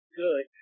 good